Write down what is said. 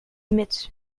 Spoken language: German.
mit